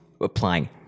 applying